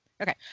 Okay